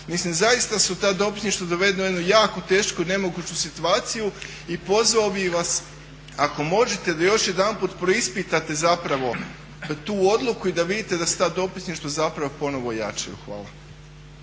Mislim zaista su ta dopisništva dovedena u jednu jako tešku i nemoguću situaciju. I pozvao bih vas ako možete da još jedanput preispitate zapravo tu odluku i da vidite da se ta dopisništva zapravo ponovno ojačaju. Hvala.